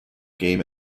game